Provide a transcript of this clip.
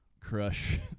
crush